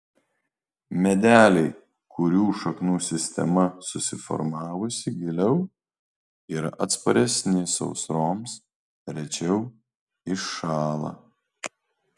medeliai kurių šaknų sistema susiformavusi giliau yra atsparesni sausroms rečiau iššąla